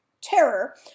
terror